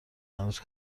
هنوز